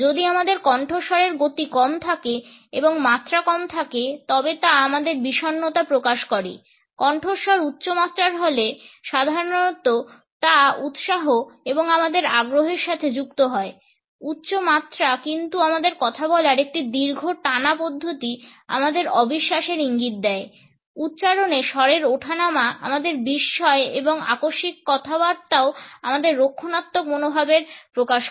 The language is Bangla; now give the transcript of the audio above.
যদি আমাদের কণ্ঠস্বরের গতি কম থাকে এবং মাত্রা কম থাকে তবে ত আমাদের বিষন্নতা প্রকাশ করে কণ্ঠস্বর উচ্চ মাত্রার হলে সাধারণত তা উৎসাহ এবং আগ্রহের সাথে যুক্ত হয় উচ্চ মাত্রা কিন্তু আমাদের কথা বলার একটি দীর্ঘ টানা পদ্ধতি আমাদের অবিশ্বাসের ইঙ্গিত দেয় উচ্চারণে স্বরের ওঠানামা আমাদের বিস্ময় এবং আকস্মিক কথাবার্তাও আমাদের রক্ষণাত্মক মনোভাব প্রকাশ করে